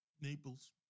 Naples